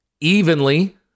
evenly